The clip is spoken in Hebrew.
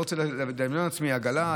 אני לא רוצה לדמיין לעצמי עגלה,